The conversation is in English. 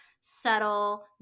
subtle